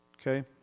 Okay